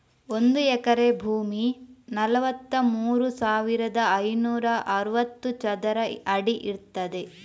ಒಂದು ಎಕರೆ ಭೂಮಿ ನಲವತ್ತಮೂರು ಸಾವಿರದ ಐನೂರ ಅರವತ್ತು ಚದರ ಅಡಿ ಇರ್ತದೆ